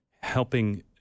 helping